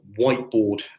whiteboard